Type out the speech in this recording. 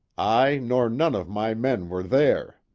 i, nor none of my men were there.